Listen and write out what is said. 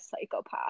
psychopath